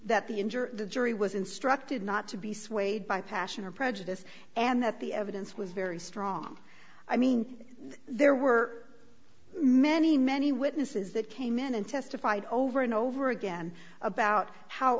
injure the jury was instructed not to be swayed by passion or prejudice and that the evidence was very strong i mean there were many many witnesses that came in and testified over and over again about how